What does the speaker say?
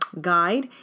Guide